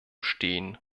stehen